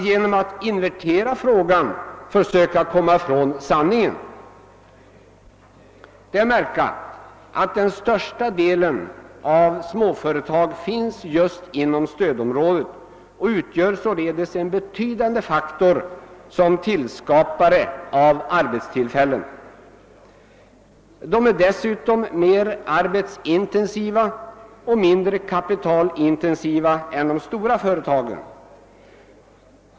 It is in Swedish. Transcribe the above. Genom att invertera frågan försöker han här komma ifrån sanningen. Det är att märka att den största delen av småföretagen finns just inom stödområdet och utgör således en betydande faktor som skapare av arbetstillfällen. De är dessutom mer arbetsintensiva och mindre kapitalintensiva än de stora företagen.